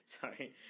sorry